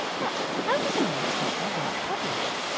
but how does a mouse get their work published?